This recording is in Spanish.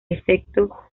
efecto